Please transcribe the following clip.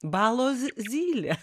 balos zylė